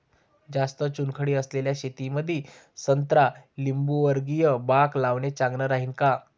जास्त चुनखडी असलेल्या शेतामंदी संत्रा लिंबूवर्गीय बाग लावणे चांगलं राहिन का?